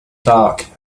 dark